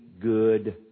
good